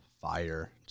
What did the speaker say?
fire